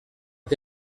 que